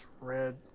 red